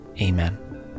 amen